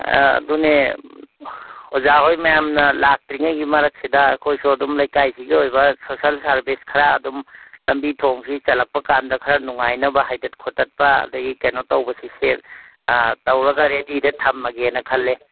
ꯑꯥ ꯑꯗꯨꯅꯦ ꯑꯣꯖꯥ ꯍꯣꯏ ꯃꯌꯥꯝꯅ ꯂꯥꯛꯇ꯭ꯔꯤꯉꯩꯒꯤ ꯃꯔꯛꯁꯤꯗ ꯑꯩꯈꯣꯏꯁꯨ ꯑꯗꯨꯝ ꯂꯩꯀꯥꯏꯁꯤꯒꯤ ꯑꯣꯏꯕ ꯁꯣꯁꯦꯜ ꯁꯥꯔꯕꯤꯁ ꯈꯔ ꯑꯗꯨꯝ ꯂꯝꯕꯤ ꯊꯣꯡꯁꯤ ꯆꯜꯂꯛꯄ ꯀꯥꯟꯗ ꯈꯔ ꯅꯨꯡꯉꯥꯏꯅꯕ ꯍꯥꯏꯗꯠ ꯈꯣꯇꯠꯄ ꯑꯗꯒꯤ ꯀꯩꯅꯣ ꯇꯧꯕꯁꯤ ꯇꯧꯔꯒ ꯔꯦꯗꯤꯗ ꯊꯝꯃꯒꯦꯅ ꯈꯜꯂꯦ